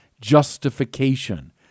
justification